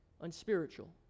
unspiritual